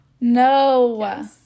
No